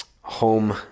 home